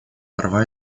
права